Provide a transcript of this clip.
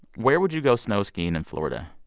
where would you go snow skiing in florida?